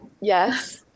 Yes